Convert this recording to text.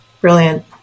Brilliant